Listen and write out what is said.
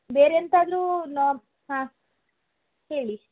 ಬೇರೆ ಎಂತಾದರೂ ನ ಹಾಂ ಹೇಳಿ